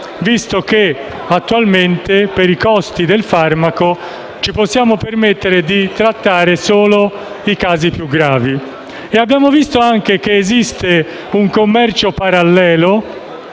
visto che attualmente, in ragione dei costi, ci possiamo permettere di trattare solo i casi più gravi. Abbiamo anche visto che esiste un commercio parallelo